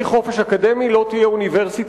אוניברסיטה בלי חופש אקדמי לא תהיה אוניברסיטה,